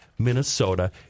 Minnesota